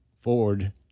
Ford